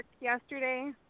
yesterday